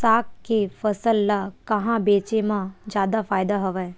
साग के फसल ल कहां बेचे म जादा फ़ायदा हवय?